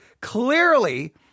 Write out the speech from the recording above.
Clearly